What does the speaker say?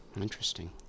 Interesting